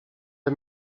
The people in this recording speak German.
der